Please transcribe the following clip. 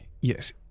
Yes